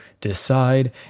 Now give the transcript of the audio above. decide